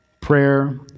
Prayer